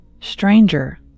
Stranger